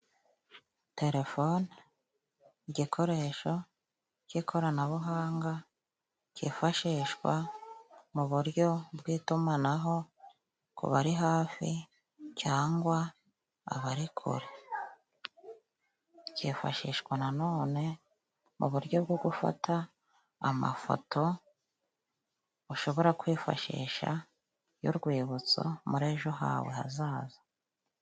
Telefoni igikoresho cy'ikoranabuhanga kifashishwa mu buryo bw'itumanaho, ku bari hafi cyangwa abari kure cyifashishwa na none mu buryo bwo gufata amafoto, ushobora kwifashisha y'urwibutso muri ejo hawe hazaza.